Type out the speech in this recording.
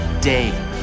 day